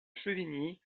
chevigny